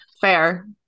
Fair